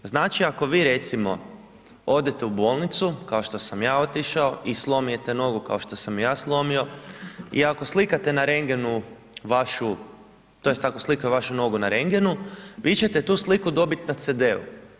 Znači ako vi recimo odete u bolnicu, kao što sam ja otišao i slomite nogu, kao što sam ju ja slomio i ako slikate na rendgenu vašu, tj. ako slikaju vašu nogu na rendgenu vi ćete tu sliku dobiti na CD-u.